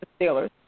Steelers